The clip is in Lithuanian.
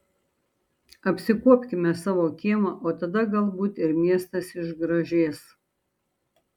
apsikuopkime savo kiemą o tada galbūt ir miestas išgražės